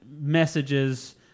messages